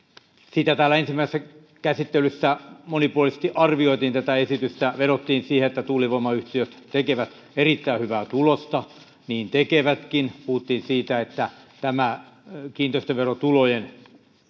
täällä ensimmäisessä käsittelyssä monipuolisesti arvioitiin tätä esitystä vedottiin siihen että tuulivoimayhtiöt tekevät erittäin hyvää tulosta niin tekevätkin puhuttiin siitä että kiinteistöverotulojen